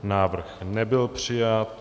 Návrh nebyl přijat.